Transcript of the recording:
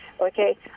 Okay